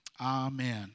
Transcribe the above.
Amen